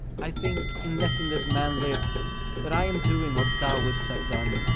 i think in letting this man live that i am doing what thou wouldst have done.